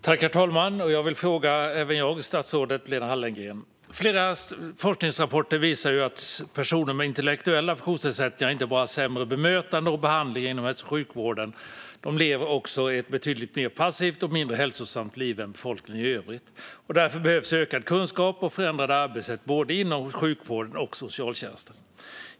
Herr talman! Även jag vill rikta en fråga till statsrådet Lena Hallengren. Flera forskningsrapporter visar att personer med intellektuella funktionsnedsättningar inte bara får sämre bemötande och behandling inom hälso och sjukvården. De lever också ett betydligt mer passivt och mindre hälsosamt liv än befolkningen i övrigt. Därför behövs det ökad kunskap och förändrade arbetssätt inom både sjukvården och socialtjänsten.